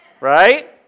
right